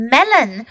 Melon